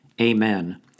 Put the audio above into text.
amen